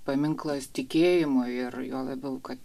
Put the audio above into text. paminklas tikėjimui ir juo labiau kad